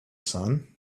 son